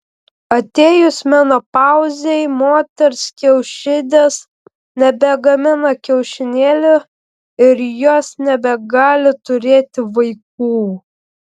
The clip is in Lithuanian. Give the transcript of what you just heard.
atėjus menopauzei moters kiaušidės nebegamina kiaušinėlių ir jos nebegali turėti vaikų